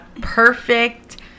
perfect